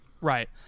right